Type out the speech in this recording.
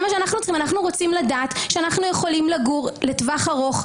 אנחנו רוצים לדעת שאנחנו יכולים לגור לטווח ארוך,